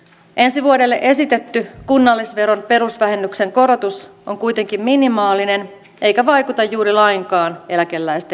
ensi vuodelle esitetty kunnallisveron perusvähennyksen korotus on kuitenkin minimaalinen eikä vaikuta juuri lainkaan eläkeläisten verotukseen